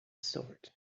sort